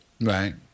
Right